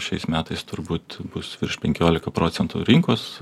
šiais metais turbūt bus virš penkiolika procentų rinkos